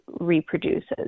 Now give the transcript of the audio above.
reproduces